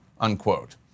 unquote